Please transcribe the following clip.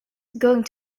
going